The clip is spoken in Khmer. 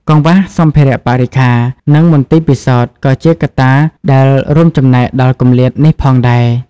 កង្វះសម្ភារៈបរិក្ខារ និងមន្ទីរពិសោធន៍ ក៏ជាកត្តាដែលរួមចំណែកដល់គម្លាតនេះផងដែរ។